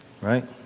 Right